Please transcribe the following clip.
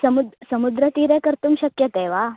समु समुद्रतीरे कर्तुं शक्यते वा